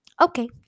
Okay